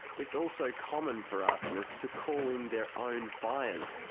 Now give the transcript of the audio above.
it's also common for arsonists to call in their own fires,